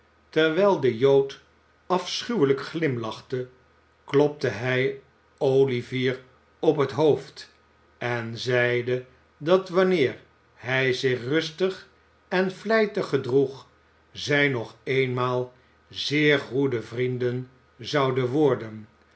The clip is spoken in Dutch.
terwijl de jood afschuwelijk glimlachte klopte hij olivier op het hoofd en zeide dat wanneer hij zich rustig en vlijtig gedroeg zij nog eenmaal zeer goede vrienden zouden worden